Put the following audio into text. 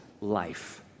life